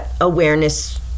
awareness